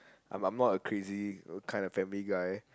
I'm I'm not a crazy kind of family guy